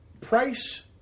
price